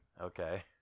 Okay